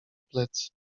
plecy